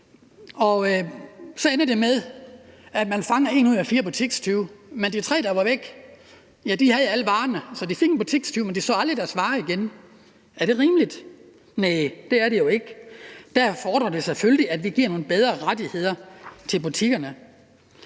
det ender så med, at man fanger en ud af fire butikstyve, men de tre, der var væk, havde alle varerne. Så de fik en butikstyv, men de så aldrig deres varer igen. Er det rimeligt? Næh, det er det jo ikke. Der fordrer det selvfølgelig, at vi giver nogle bedre rettigheder til butikkerne.